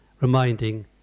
reminding